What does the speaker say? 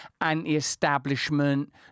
anti-establishment